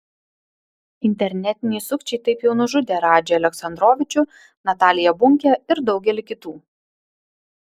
internetiniai sukčiai taip jau nužudė radžį aleksandrovičių nataliją bunkę ir daugelį kitų